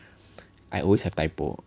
I always have typo